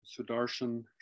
Sudarshan